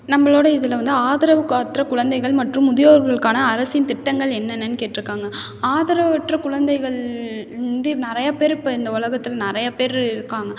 நம்மளோட இதில் வந்து ஆதரவு அற்ற குழந்தைகள் மற்றும் முதியோர்களுக்கான அரசின் திட்டங்கள் என்னென்னு கேட்டிருக்காங்க ஆதரவற்ற குழந்தைகள் வந்து நிறையாப் பேர் இப்போ இந்த உலகத்தில் நிறையாப் பேர் இருக்காங்க